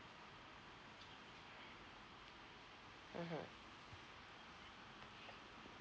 mmhmm